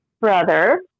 brother